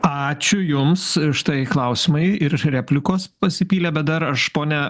ačiū jums štai klausimai ir replikos pasipylė bet dar aš pone